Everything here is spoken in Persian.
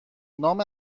نام